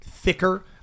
thicker